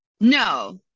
No